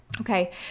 Okay